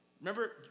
remember